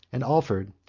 and offered,